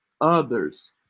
others